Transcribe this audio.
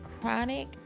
chronic